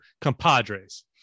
compadres